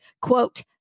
quote